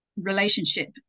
relationship